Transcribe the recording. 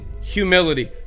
humility